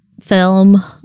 film